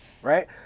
Right